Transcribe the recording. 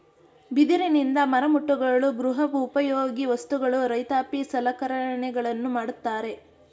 ಬಿದಿರಿನಿಂದ ಮರಮುಟ್ಟುಗಳು, ಗೃಹ ಉಪಯೋಗಿ ವಸ್ತುಗಳು, ರೈತಾಪಿ ಸಲಕರಣೆಗಳನ್ನು ಮಾಡತ್ತರೆ